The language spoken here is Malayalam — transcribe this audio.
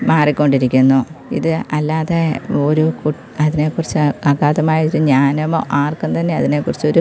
മാറിക്കൊണ്ടിരിക്കുന്നു ഇത് അല്ലാതെ ഓരോ കുട്ട് അതിനെക്കുറിച്ച് അഗാധമായൊരു ജ്ഞാനമോ ആർക്കും തന്നെ അതിനെക്കുറിച്ചൊരു